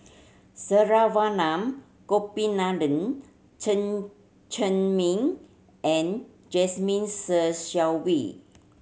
Saravanan Gopinathan Chen Cheng Mei and Jasmine Ser Xiang Wei